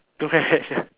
don't match